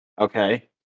Okay